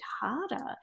harder